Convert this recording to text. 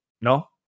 no